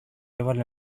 έβαλε